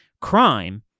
crime